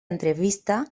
entrevista